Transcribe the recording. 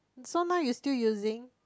so now you still using